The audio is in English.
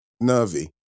nervy